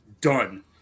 Done